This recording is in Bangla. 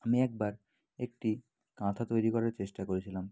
আমি একবার একটি কাঁথা তৈরি করার চেষ্টা করেছিলাম